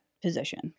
position